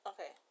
Okay